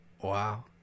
Wow